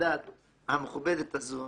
המכובדת הזו